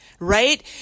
right